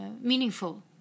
meaningful